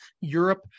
Europe